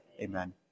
Amen